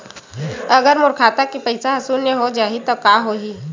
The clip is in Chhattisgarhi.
अगर मोर खाता के पईसा ह शून्य हो जाही त का होही?